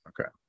Okay